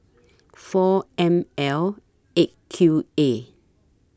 four M L eight Q A